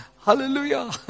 Hallelujah